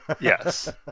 yes